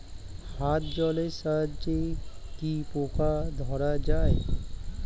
হাত জলের সাহায্যে কি পোকা ধরা যায়?